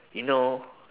you know